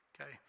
Okay